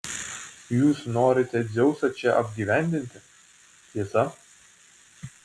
jūs norite dzeusą čia apgyvendinti tiesa